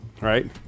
right